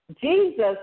Jesus